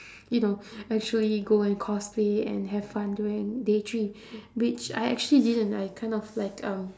you know actually go and cosplay and have fun during day three which I actually didn't I kind of like um